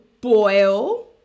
boil